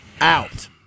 out